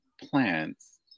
plants